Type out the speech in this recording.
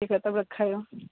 ठीक है तब रखै हँ